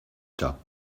tas